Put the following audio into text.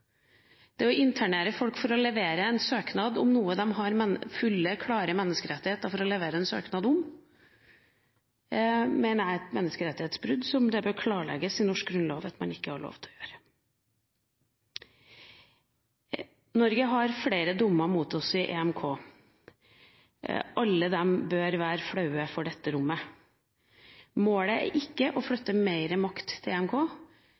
Det å internere folk for å levere en søknad om noe det er en klar menneskerettighet å levere en søknad om, mener jeg er et menneskerettighetsbrudd, og det bør klarlegges i norsk grunnlov at det ikke er lov. Norge har flere dommer mot seg knyttet til EMK. Alle dem bør man være flau over i dette rommet. Målet er ikke å flytte mer makt til